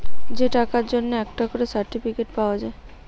যে টাকার জন্যে একটা করে সার্টিফিকেট পাওয়া যায়